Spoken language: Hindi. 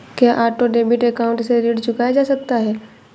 क्या ऑटो डेबिट अकाउंट से ऋण चुकाया जा सकता है?